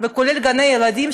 וכולל בגני-הילדים,